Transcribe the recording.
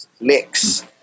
mix